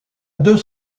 deux